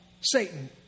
Satan